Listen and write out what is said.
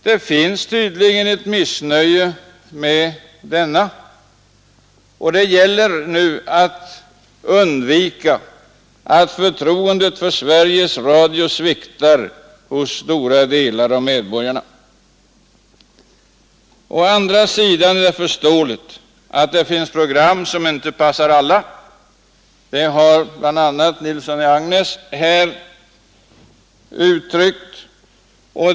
Det finns tydligen ett missnöje med denna, och det gäller nu att undvika att förtroendet för Sveriges Radio sviktar hos stora delar av medborgarna. Å andra sidan är det förståeligt att det finns program som inte passar alla. Det har bl.a. herr Nilsson i Agnäs här uttryckt.